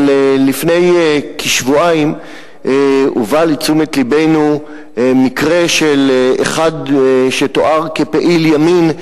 אבל לפני כשבועיים הובא לתשומת לבנו מקרה של אחד שתואר כפעיל ימין,